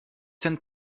ten